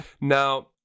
Now